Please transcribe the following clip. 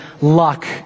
luck